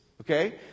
Okay